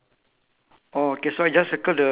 is it five is is total five sheep ah